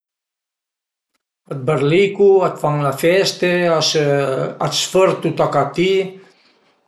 A të berlicu, a të fan le feste, a së fërtu tacà ti